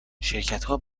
شرکتها